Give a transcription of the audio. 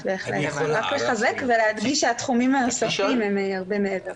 רק לחזק ולהדגיש שהתחומים הנוספים הם הרבה מעבר.